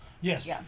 Yes